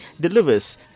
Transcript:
delivers